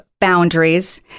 boundaries